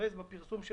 להזדרז בפרסום של